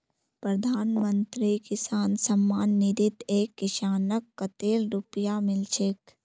प्रधानमंत्री किसान सम्मान निधित एक किसानक कतेल रुपया मिल छेक